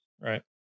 Right